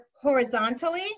horizontally